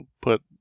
put